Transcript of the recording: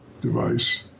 device